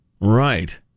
Right